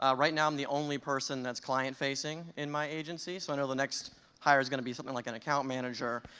ah right now i'm the only person that's client-facing in my agency. so i know the next hire is gonna be something like an account manager.